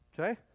Okay